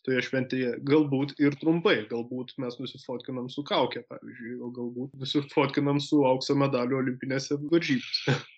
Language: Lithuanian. toje šventėje galbūt ir trumpai galbūt mes nusifotkinam su kauke pavyzdžiui galbūt nusifotkinam su aukso medaliu olimpinėse varžybose